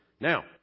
Now